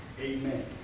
Amen